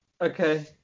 Okay